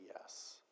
yes